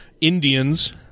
Indians